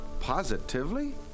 Positively